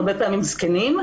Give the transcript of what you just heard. זקנים,